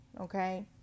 okay